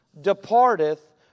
departeth